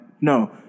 No